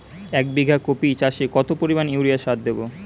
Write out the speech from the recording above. এক বিঘা কপি চাষে কত পরিমাণ ইউরিয়া সার দেবো?